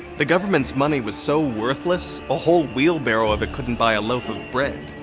the government's money was so worthless a whole wheelbarrow of it couldn't buy a loaf of bread.